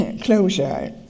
closure